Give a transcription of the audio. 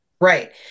Right